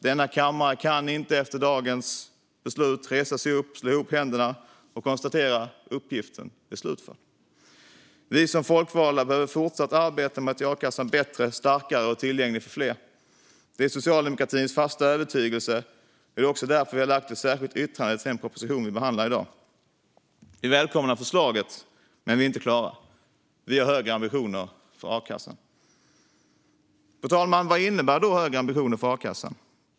Denna kammare kan inte efter dagens beslut resa sig upp, slå ihop händerna och konstatera att uppgiften är slutförd. Vi som folkvalda behöver fortsätta arbeta med att göra a-kassan bättre, starkare och tillgänglig för fler. Det är socialdemokratins fasta övertygelse. Det är också därför vi har ett särskilt yttrande med anledning av den proposition vi behandlar i dag. Vi välkomnar förslaget, men vi är inte klara. Vi har högre ambitioner för a-kassan. Fru talman! Vad innebär då högre ambitioner för a-kassan?